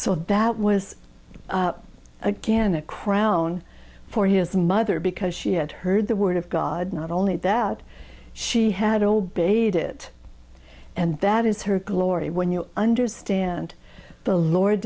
so that was again a crown for his mother because she had heard the word of god not only that she had obeyed it and that is her glory when you understand the lord